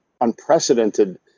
Unprecedented